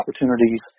opportunities